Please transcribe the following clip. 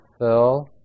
fill